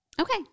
okay